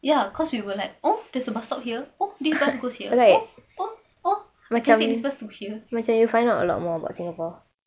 ya cause we were like oh there's a bus stop here oh this bus goes here eh oh oh this bus goes to here